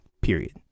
period